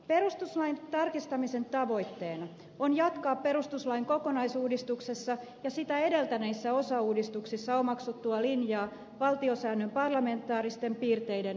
perustuslain tarkistamisen tavoitteena on jatkaa perustuslain kokonaisuudistuksessa ja sitä edeltäneissä osauudistuksissa omaksuttua linjaa valtiosäännön parlamentaaristen piirteiden vahvistamiseksi